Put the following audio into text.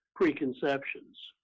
preconceptions